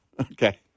Okay